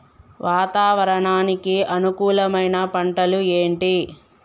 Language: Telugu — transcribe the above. వాతావరణానికి అనుకూలమైన పంటలు ఏంటి?